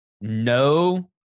no